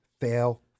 Fail